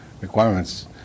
requirements